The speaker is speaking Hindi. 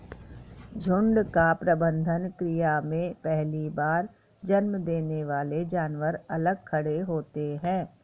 झुंड का प्रबंधन क्रिया में पहली बार जन्म देने वाले जानवर अलग खड़े होते हैं